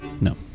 No